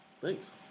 Thanks